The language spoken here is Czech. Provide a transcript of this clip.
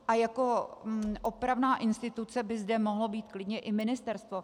A jako opravná instituce by zde mohlo být klidně i ministerstvo.